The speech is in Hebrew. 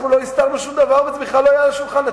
לא הסתרנו שום דבר, וזה לא היה על השולחן.